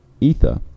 Ether